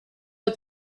but